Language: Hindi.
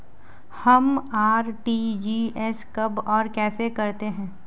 हम आर.टी.जी.एस कब और कैसे करते हैं?